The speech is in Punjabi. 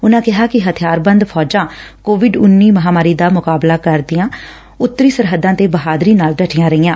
ਉਨੂਾਂ ਕਿਹਾ ਕਿ ਹਥਿਆਰਬੰਦ ਫੌਜਾਂ ਕੋਵਿਡ ਮਹਾਂਮਾਰੀ ਦਾ ਮੁਕਾਬਲਾ ਕਰਦਿਆ ਉੱਤਰੀ ਸਰਹੱਦਾਂ ਤੇ ਬਹਾਦਰੀ ਨਾਲ ਡਟੀਆਂ ਰਹੀਆਂ